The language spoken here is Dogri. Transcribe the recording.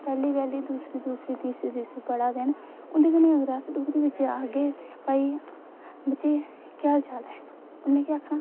पैह्ली पैह्ली दूसरी दूसरी तीसरी पढ़ै दे न उं'दे कन्नै अगर अस डोगरी बिच आखगे भाई बच्चे केह् हाल चाल ऐ उ'नें केह् आखना